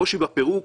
הקושי בפירוק